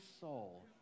soul